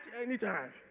anytime